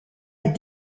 est